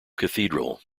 cathedral